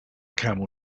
camel